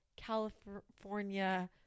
california